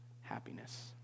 happiness